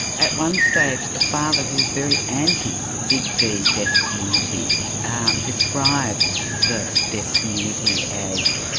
at one stage the father, who's very anti big d deaf community um describes the deaf community as,